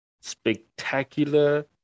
spectacular